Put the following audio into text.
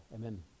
Amen